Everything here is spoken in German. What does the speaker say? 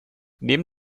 neben